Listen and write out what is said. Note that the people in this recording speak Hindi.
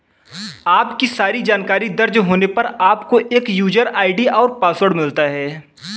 आपकी सारी जानकारी दर्ज होने पर, आपको एक यूजर आई.डी और पासवर्ड मिलता है